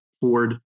Ford